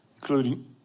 including